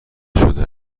شده